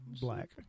black